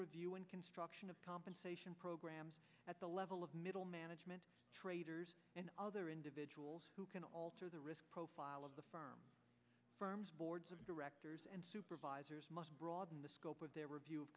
review and construction of compensation programs at the level of middle management traders and other individuals who can alter the risk profile of the firm firm's boards of directors and supervisors must broaden the scope of their review of